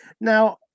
Now